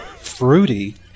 Fruity